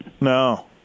No